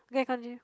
okay continue